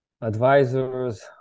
advisors